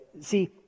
See